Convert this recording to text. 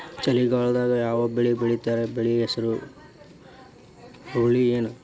ಚಳಿಗಾಲದಾಗ್ ಯಾವ್ ಬೆಳಿ ಬೆಳಿತಾರ, ಬೆಳಿ ಹೆಸರು ಹುರುಳಿ ಏನ್?